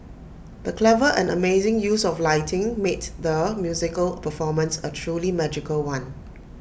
the clever and amazing use of lighting made the musical performance A truly magical one